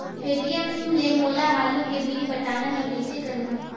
Paytm ले मोला आलू के बिल पटाना हे, कइसे करहुँ?